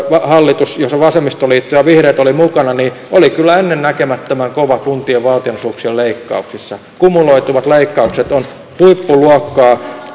oli hallituksella jossa vasemmistoliitto ja vihreät olivat mukana oli kyllä ennennäkemättömän kova kuntien valtionosuuksien leikkauksissa kumuloituvat leikkaukset ovat huippuluokkaa